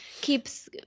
keeps